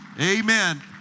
Amen